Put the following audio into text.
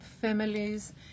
families